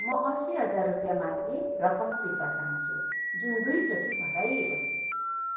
म असी हजार रुपियाँ माथि रकम फिर्ता चाहन्छु जुन दुईचोटि घटाइएको थियो